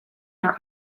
are